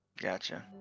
gotcha